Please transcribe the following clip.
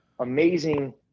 amazing